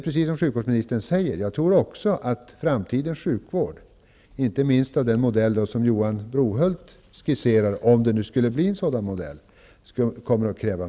Precis som sjukvårdsministern säger, tror jag också att framtidens sjukvård kommer att kräva mer av kontroll, inte minst sjukvård av den modell som Johan Brohult skisserade, om det nu skulle bli en sådan modell.